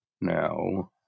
Now